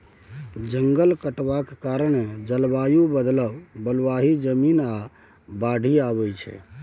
जंगल कटबाक कारणेँ जलबायु बदलब, बलुआही जमीन, आ बाढ़ि आबय छै